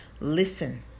Listen